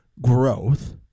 growth